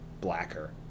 blacker